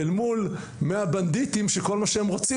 אל מול 100 בנדיטים שכל מה שהם רוצים